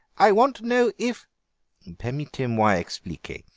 i want to know if permettez-moi expliquer.